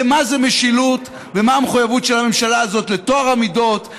למה זה משילות ומה המחויבות של הממשלה הזאת לטוהר המידות,